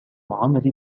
عملي